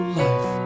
life